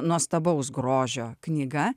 nuostabaus grožio knyga